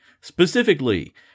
specifically